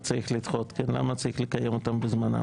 צריך לדחות ולמה צריך לקיים אותן בזמנן.